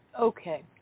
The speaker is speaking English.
Okay